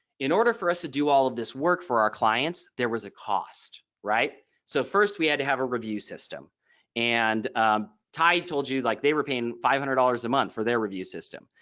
in order for us to do all of this work for our clients. there was a cost. right. so first we had to have a review system and ty told you like they were paying five hundred dollars a month for their review system.